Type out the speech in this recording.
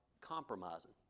compromising